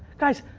guys,